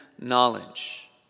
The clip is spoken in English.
knowledge